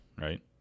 right